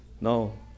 No